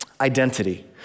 Identity